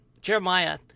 Jeremiah